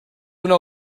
una